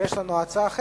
יש לנו תשובה